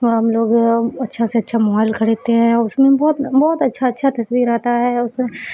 اور ہم لوگ اچھا سے اچھا موبائل خریدتے ہیں اور اس میں بہت بہت اچھا اچھا تصویر آتا ہے اس میں